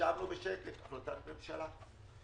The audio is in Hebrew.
ישבנו בשקט החלטת ממשלה.